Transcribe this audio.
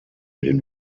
den